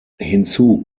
hinzu